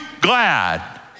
glad